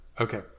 Okay